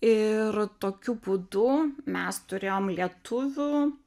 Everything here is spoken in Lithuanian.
ir tokiu būdu mes turėjom lietuvių